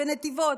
בנתיבות,